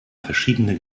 verschiedene